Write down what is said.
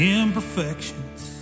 imperfections